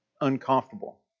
uncomfortable